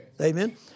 Amen